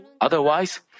Otherwise